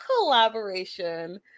Collaboration